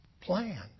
plan